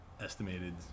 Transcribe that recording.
Estimated